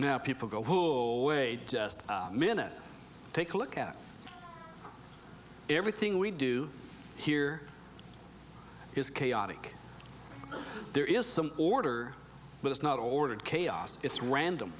now people just minute take a look at everything we do here is chaotic there is some order but it's not ordered chaos it's random